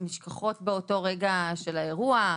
נשכחות באותו רגע של האירוע,